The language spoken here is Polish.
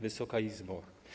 Wysoka Izbo!